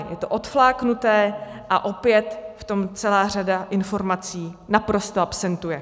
Je to odfláknuté a opět v tom celá řada informací naprosto absentuje.